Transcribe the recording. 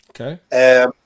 Okay